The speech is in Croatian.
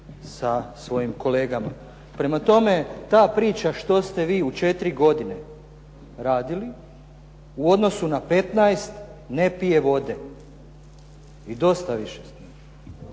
sa svojim kolegama. Prema tome, ta priča što ste vi u 4 godine radili u odnosu na 15 ne pije vodu. I dosta više s